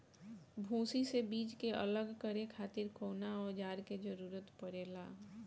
भूसी से बीज के अलग करे खातिर कउना औजार क जरूरत पड़ेला?